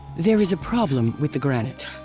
there is a problem with the granite.